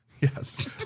Yes